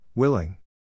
Willing